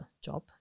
job